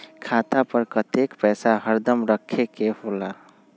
खाता पर कतेक पैसा हरदम रखखे के होला?